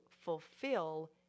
fulfill